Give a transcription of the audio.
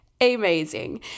amazing